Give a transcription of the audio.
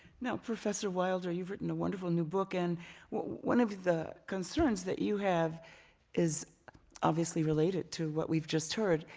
now professor wilder, you've written a wonderful new book. and one of the concerns that you have is obviously related to what we've just heard,